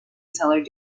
seller